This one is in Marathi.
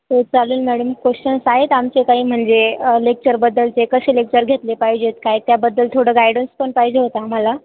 हो चालेल मॅडम क्वेश्चन्स आहेत आमचे काही म्हणजे लेक्चरबद्दलचे कसे लेक्चर घेतले पाहिजेत काय त्याबद्दल थोडं गायडन्स पण पाहिजे होतं आम्हाला